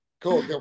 Cool